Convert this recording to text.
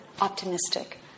optimistic